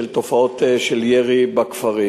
של תופעות של ירי בכפרים.